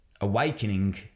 awakening